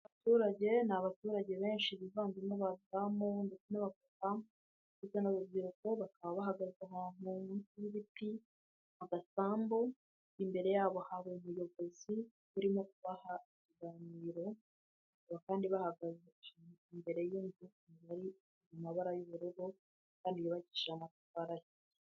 Abaturage ni abaturage benshi biganjemo abadamu ndetse n'abapapa ndetse n'urubyiruko, bakaba bahagaze ahantu munsi y'ibiti mu gasambu, imbere yabo hari ubuyobozi burimo kubaha ibiganiro kandi bahagaze imbere y'amashuri afite amabara y'ubururu kandi yubakishije amatafa ahiye.